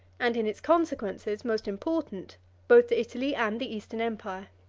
and in its consequences most important both to italy and the eastern empire.